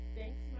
Thanks